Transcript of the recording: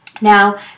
Now